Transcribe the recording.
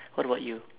what about you